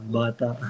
bata